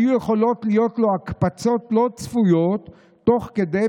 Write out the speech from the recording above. היו יכולות להיות לו הקפצות לא צפויות תוך כדי,